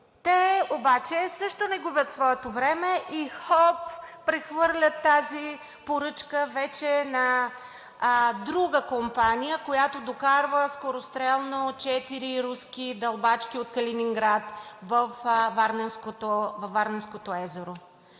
Те обаче също не губят своето време и хоп – прехвърлят тази поръчка вече на друга компания, която докарва скорострелно четири руски дълбачки от Калининград във Варненското езеро.